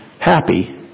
happy